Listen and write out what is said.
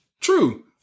True